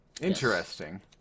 Interesting